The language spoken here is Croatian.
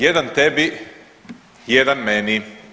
Jedan tebi, jedan meni.